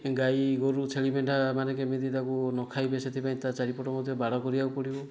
ଗାଈ ଗୋରୁ ଛେଳି ମେଣ୍ଢାମାନେ କେମିତି ତାକୁ ନଖାଇବେ ସେଥିପାଇଁ ତା' ଚାରିପଟେ ମଧ୍ୟ ବାଡ଼ କରିବାକୁ ପଡ଼ିବ